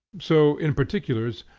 so, in particulars,